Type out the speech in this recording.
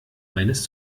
meines